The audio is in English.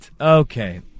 Okay